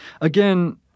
Again